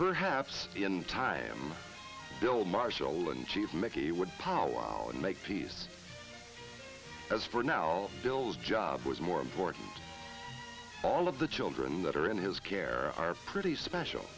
perhaps in time bill maher soul in chief mickey would powwow and make peace as for now bill's job was more important all of the children that are in his care are pretty special